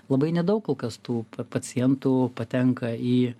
labai nedaug kol kas tų pa pacientų patenka į